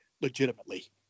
legitimately